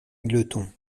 égletons